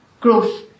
growth